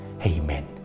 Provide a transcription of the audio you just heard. Amen